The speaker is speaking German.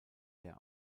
der